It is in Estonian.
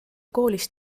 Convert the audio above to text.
koolis